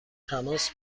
تماس